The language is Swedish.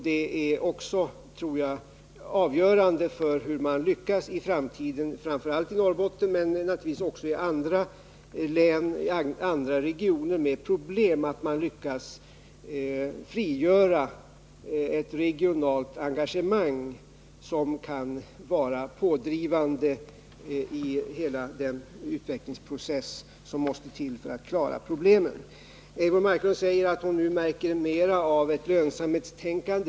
Det är också, tror jag, avgörande för hur man lyckas i framtiden — framför allt i Norrbotten men naturligtvis också i andra regioner med problem — att man lyckas frigöra ett regionalt engagemang som kan vara pådrivande i den utvecklingsprocess som måste till för att klara problemen. Eivor Marklund säger att hon nu märker mera av ett lönsamhetstänkande.